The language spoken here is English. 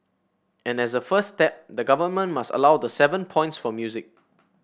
and as a first step the government must allowed the seven points for music